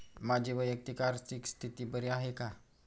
माझी वैयक्तिक आर्थिक स्थिती बरी आहे का?